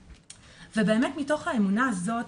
ובאמת מתוך האמונה הזאת,